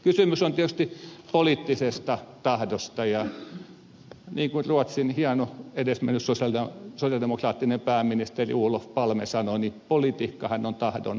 kysymys on tietysti poliittisesta tahdosta ja niin kuin ruotsin hieno edesmennyt sosialidemokraattinen pääministeri olof palme sanoi politiikkahan on tahdon asia